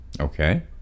Okay